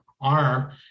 arm